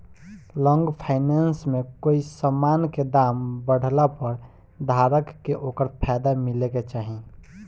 long finance में कोई समान के दाम बढ़ला पर धारक के ओकर फायदा मिले के चाही